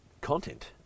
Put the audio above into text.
content